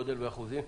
ואחוזים?